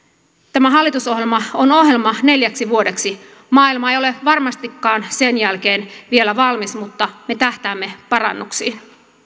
tämä hallitusohjelma on ohjelma neljäksi vuodeksi maailma ei ole varmastikaan sen jälkeen vielä valmis mutta me tähtäämme parannuksiin